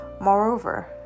Moreover